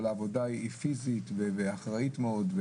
אבל העבודה היא פיזית ואחראית מאוד,